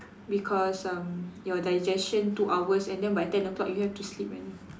because um you digestion two hours and then by ten o-clock you have to sleep already